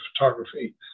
photography